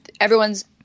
everyone's